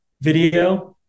video